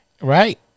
Right